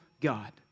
God